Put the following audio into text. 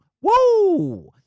Woo